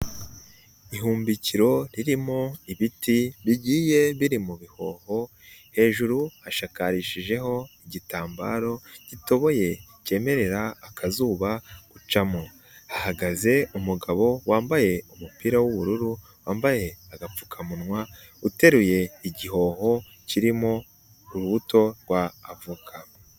Ihumbikiro ririmo ibiti bigiye biri mu bihoho, hejuru hashakarishijeho igitambaro, gitoboye, kemerera akazuba gucamo, hahagaze umugabo wambaye umupira w'ubururu, wambaye agapfukamunwa, uteruye igihoho, kirimo urubuto rwa avoka.